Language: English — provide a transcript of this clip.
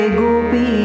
gopi